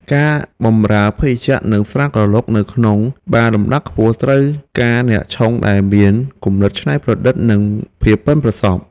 ការបម្រើភេសជ្ជៈនិងស្រាក្រឡុកនៅក្នុងបារលំដាប់ខ្ពស់ត្រូវការអ្នកឆុងដែលមានគំនិតច្នៃប្រឌិតនិងភាពប៉ិនប្រសប់។